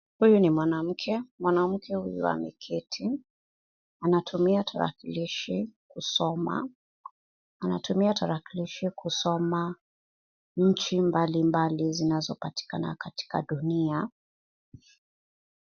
Huyu ni mwanamke, mwanamke huyu ameketi, anatumia tarakilishi kusoma nchi mbalimbali zinazopatikana katika dunia.